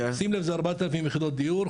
שים לב זה 4,000 יחידות דיור,